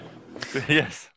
Yes